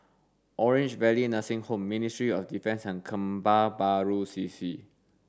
Orange Valley Nursing Home Ministry of Defence and Kebun Baru C C